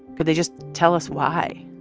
could they just tell us why?